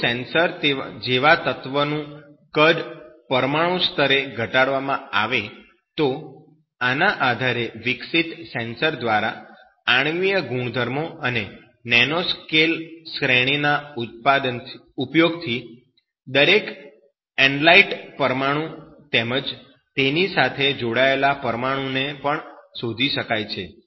જો સેન્સર જેવા તત્વ નું કદ પરમાણુ સ્તરે ઘટાડવામાં આવે તો આના આધારે વિકસિત સેન્સર દ્વારા આણ્વિય ગુણધર્મો અને નેનો સ્કેલ શ્રેણીના ઉપયોગથી દરેક એનલાયટ પરમાણુ તેમજ તેની સાથે જોડાયેલા પરમાણુને પણ શોધી શકાય છે